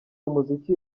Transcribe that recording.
umuziki